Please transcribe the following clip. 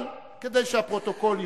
אבל כדי שהפרוטוקול ירשום,